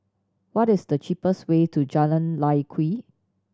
what is the cheapest way to Jalan Lye Kwee